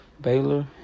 Baylor